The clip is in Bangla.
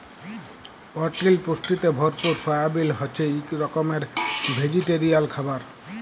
পরটিল পুষ্টিতে ভরপুর সয়াবিল হছে ইক রকমের ভেজিটেরিয়াল খাবার